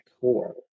core